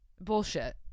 Bullshit